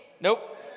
Nope